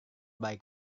baik